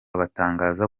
batangaza